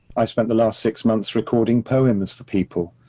i spent the last six months recording poems for people.